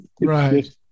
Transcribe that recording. Right